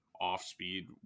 off-speed